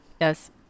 yes